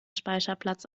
speicherplatz